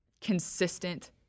consistent